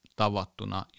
tavattuna